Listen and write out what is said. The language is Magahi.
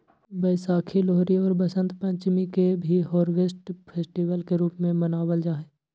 वैशाखी, लोहरी और वसंत पंचमी के भी हार्वेस्ट फेस्टिवल के रूप में मनावल जाहई